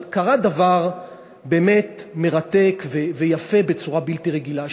אבל קרה דבר באמת מרתק ויפה בצורה בלתי רגילה,